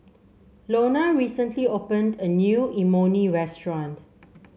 Lonna recently opened a new Imoni restaurant